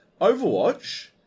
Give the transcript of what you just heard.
overwatch